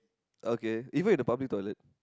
okay even in the public toilet